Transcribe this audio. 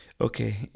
okay